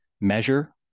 measure